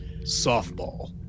softball